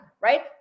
right